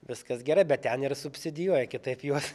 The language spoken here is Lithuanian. viskas gerai bet ten ir subsidijuoja kitaip juos